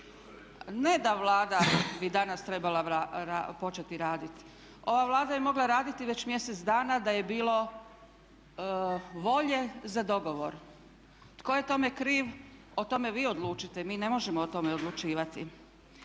Ne da Vlada bi danas trebala početi raditi. Ova Vlada je mogla raditi već mjesec dana da je bilo volje za dogovor. Tko je tome kriv o tome vi odlučite, mi ne možemo o tome odlučivati.